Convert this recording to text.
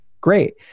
great